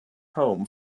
home